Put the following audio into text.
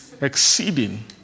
exceeding